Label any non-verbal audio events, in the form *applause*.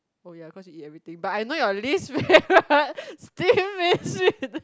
oh ya cause you eat everything but I know your least favourite steam *laughs*